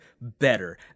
better